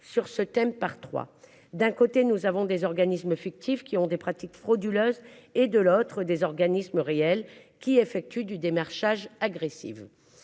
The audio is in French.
sur ce thème par trois d'un côté nous avons des organismes fictifs qui ont des pratiques frauduleuses et de l'autre des organismes réel qui effectue du démarchage agressif.